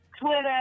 Twitter